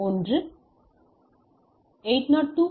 எனவே 802